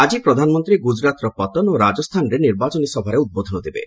ଆକି ପ୍ରଧାନମନ୍ତ୍ରୀ ଗୁଜୁରାତ୍ର ପତନ ଓ ରାଜସ୍ଥାନର ନିର୍ବାଚନୀ ସଭାରେ ଉଦ୍ବୋଧନ ଦେବେ